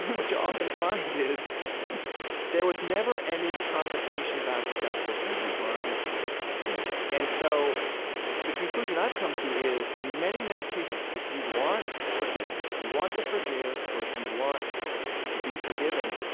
what you often find is there was never any conversation back with that person who harmed them right and so the conclusion i've come to is in many, many cases if you want forgiveness, if you want to forgive or if you want to be forgiven,